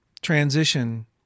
transition